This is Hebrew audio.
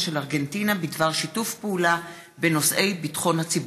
של ארגנטינה בדבר שיתוף פעולה בנושאי ביטחון הציבור.